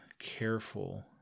careful